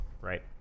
right